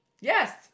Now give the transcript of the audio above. Yes